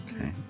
Okay